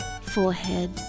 forehead